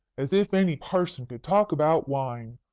as if any parson could talk about wine.